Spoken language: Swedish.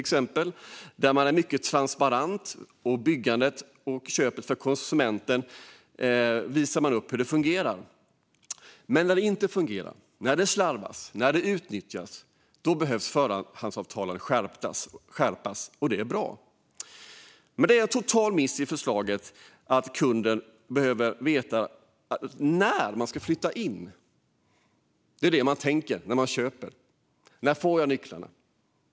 Genom det är man mycket transparent. Man visar för konsumenten hur byggande och köp fungerar. Men för tillfällen när det inte fungerar eller när det slarvas och utnyttjas behöver förhandsavtalen skärpas, och det är bra. Något som totalt missas i förslaget är att kunden behöver veta när den ska få flytta in. Det är det man tänker på när man köper en bostad. När får jag nycklarna?